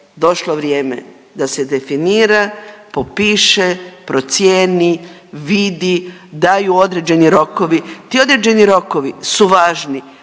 došlo vrijeme da se definira, popiše, procijeni, vidi, daju određeni rokovi, ti određeni rokovi su važni